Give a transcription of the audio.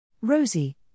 Rosie